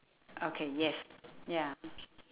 okay yes ya